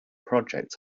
project